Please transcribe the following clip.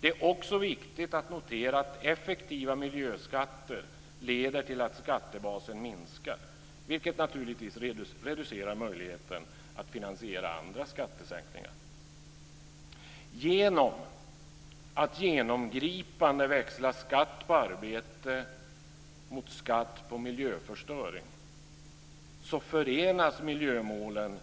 Det är också viktigt att notera att effektiva miljöskatter leder till att skattebasen minskar, vilket naturligtvis reducerar möjligheten att finansiera andra skattesänkningar. Genom att genomgripande växla skatt på arbete mot skatt på miljöförstöring förenas miljömålen